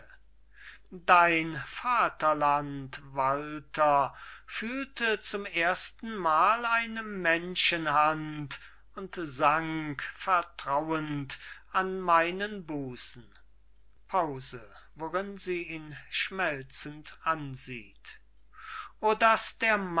erschlappte dein vaterland walter fühlte zum erstenmal eine menschenhand und sank vertrauend an meinen busen pause worin sie ihn schmelzend ansieht o daß der